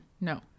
no